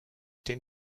den